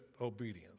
obedience